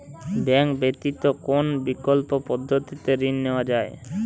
Bank ব্যতিত কোন বিকল্প পদ্ধতিতে ঋণ নেওয়া যায়?